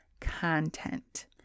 content